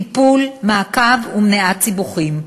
לטיפול, מעקב ומניעת סיבוכים.